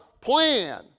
plan